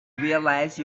realize